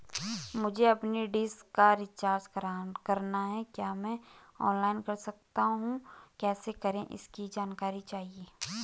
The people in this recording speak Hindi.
मुझे अपनी डिश का रिचार्ज करना है क्या मैं ऑनलाइन कर सकता हूँ कैसे करें इसकी जानकारी चाहिए?